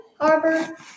harbor